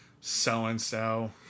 so-and-so